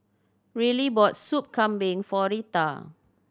Rylie bought Soup Kambing for Rita